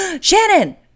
Shannon